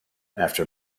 after